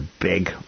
big